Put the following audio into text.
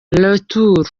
retour